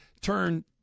turn